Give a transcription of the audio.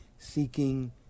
Seeking